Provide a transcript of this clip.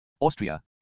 Austria